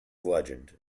legend